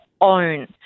own